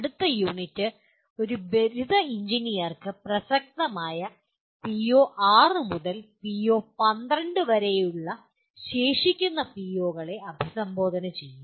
അടുത്ത യൂണിറ്റ് ഒരു ബിരുദ എഞ്ചിനീയർക്ക് പ്രസക്തമായ പിഒ 6 മുതൽ പിഒ 12 വരെയുള്ള ശേഷിക്കുന്ന പിഒകളെ അഭിസംബോധന ചെയ്യും